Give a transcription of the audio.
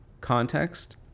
context